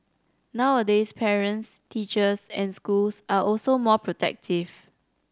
nowadays parents teachers and schools are also more protective